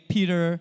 Peter